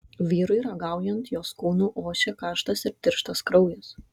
vyrui ragaujant jos kūnu ošė karštas ir tirštas kraujas